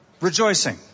rejoicing